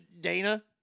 Dana